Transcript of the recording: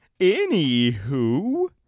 Anywho